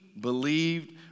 believed